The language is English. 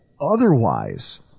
Otherwise